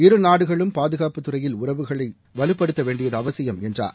இரு நாடுகளும் பாதுகாட்புத் துறையில் உறவுகளை மேலுப்படுத்த வேண்டியது அவசியம் என்றார்